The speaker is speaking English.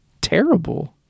terrible